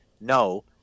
no